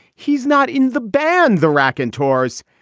he's not in the band the raconteurs.